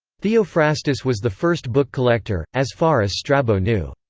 theophrastus was the first book collector, as far as strabo knew.